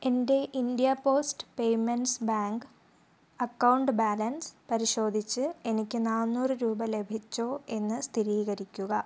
എൻ്റെ India post payments bank account balance പരിശോധിച്ച് എനിക്ക് നാനൂറു രൂപ ലഭിച്ചോ എന്ന് സ്ഥിരീകരിക്കുക